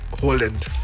Holland